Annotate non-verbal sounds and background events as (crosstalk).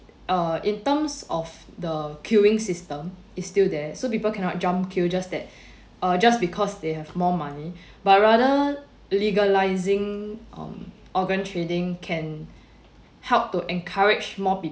uh in terms of the queuing system is still there so people cannot jump queue just that (breath) uh just because they have more money (breath) but rather legalising on organ trading can help to encourage more